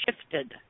shifted